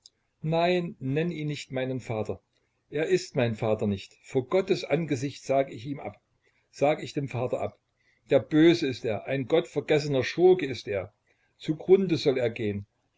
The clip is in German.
nein nenne ihn nicht meinen vater er ist mein vater nicht vor gottes angesicht sag ich ihm ab sag ich dem vater ab der böse ist er ein gottvergessener schurke ist er zugrunde soll er gehn